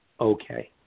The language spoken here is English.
okay